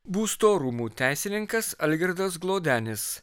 būsto rūmų teisininkas algirdas glodenis